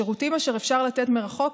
השירותים אשר אפשר לתת מרחוק,